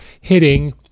hitting